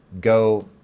go